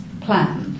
plan